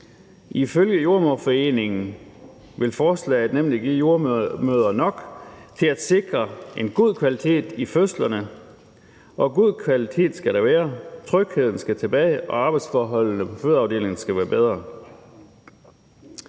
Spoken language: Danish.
Ifølge Jordemoderforeningen vil forslaget nemlig give jordemødre nok til at sikre en god kvalitet ved fødslerne, og god kvalitet skal der være – trygheden skal tilbage, og arbejdsforholdene på fødeafdelingerne skal være bedre.